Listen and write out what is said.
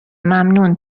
ممنون